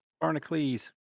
Barnacles